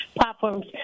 platforms